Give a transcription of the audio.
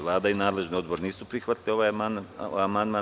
Vlada i nadležni odbor nisu prihvatili ovaj amandman.